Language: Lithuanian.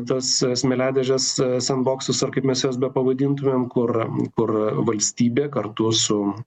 tas smėliadėžes sendboksus ar kaip mes juos bepavadintumėm kur kur valstybė kartu su